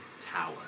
tower